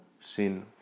sin